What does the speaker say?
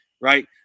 Right